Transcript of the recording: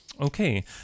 Okay